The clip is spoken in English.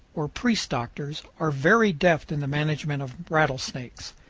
or priest doctors, are very deft in the management of rattlesnakes.